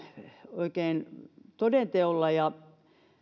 oikein toden teolla